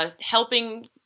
helping